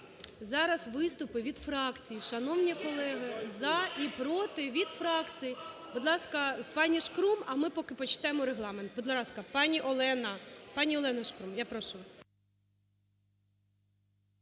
Зараз виступи від фракцій, шановні колеги, за і проти від фракцій. Будь ласка, пані Шкрум. А ми поки почитаємо Регламент. Будь ласка, пані Олена. Пані Олена Шкрум, я прошу вас.